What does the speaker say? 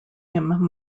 him